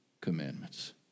commandments